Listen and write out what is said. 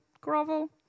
grovel